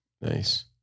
Nice